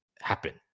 happen